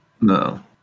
No